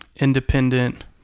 independent